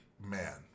Man